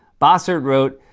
bossert wrote,